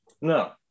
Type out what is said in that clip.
No